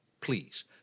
please